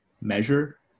measure